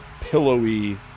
pillowy